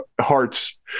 hearts